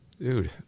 Dude